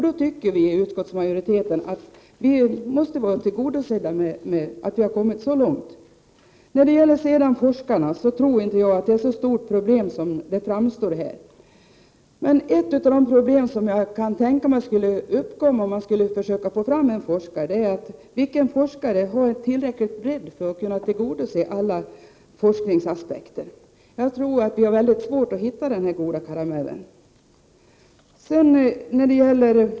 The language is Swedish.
Vi inom utskottsmajoriteten anser därför att det måste vara tillräckligt att vi har kommit så här långt. Jag tror inte att forskarna utgör ett så stort problem som det framstår här. Ett av de problem som kan uppkomma om man skulle försöka få fram en forskare är att få en som har tillräcklig bredd för att kunna tillgodose alla forskningsaspekter. Den här goda karamellen är nog väldigt svår att hitta.